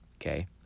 okay